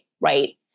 right